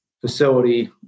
facility